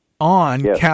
on